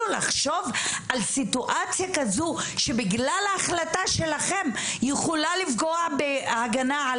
לחשוב על סיטואציה כזו שבגלל ההחלטה שלכם יכולה לפגוע בהגנה על